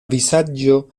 vizaĝo